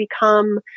become